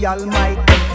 Almighty